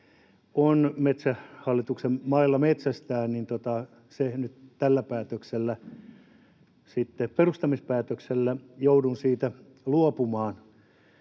on Metsähallituksen mailla metsästää, joudun nyt tällä perustamispäätöksellä sitten luopumaan.